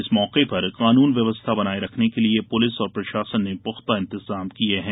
इस मौके पर कानून व्यवस्था बनाये रखने के लिए पुलिस और प्रशासन ने पुख्ता इंतजाम किये हैं